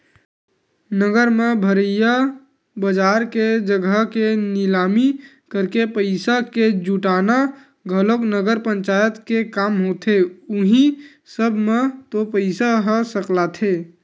नगर म भरइया बजार के जघा के निलामी करके पइसा के जुटाना घलोक नगर पंचायत के काम होथे उहीं सब म तो पइसा ह सकलाथे